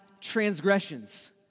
transgressions